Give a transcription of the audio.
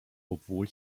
obwohl